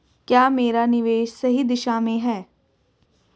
क्या मेरा निवेश सही दिशा में है?